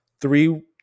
Three